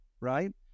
right